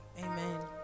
Amen